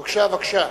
בבקשה.